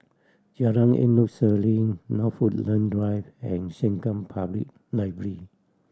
Jalan Endut Senin North Woodland Drive and Sengkang Public Library